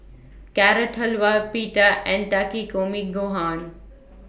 Carrot Halwa Pita and Takikomi Gohan